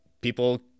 people